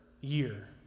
year